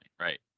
right